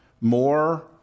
more